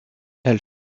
elle